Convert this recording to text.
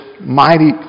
mighty